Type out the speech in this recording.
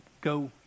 go